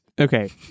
okay